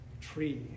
tree